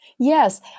Yes